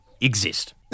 exist